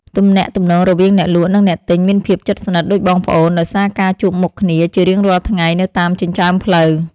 ទំនាក់ទំនងរវាងអ្នកលក់និងអ្នកទិញមានភាពជិតស្និទ្ធដូចបងប្អូនដោយសារការជួបមុខគ្នាជារៀងរាល់ថ្ងៃនៅតាមចិញ្ចើមផ្លូវ។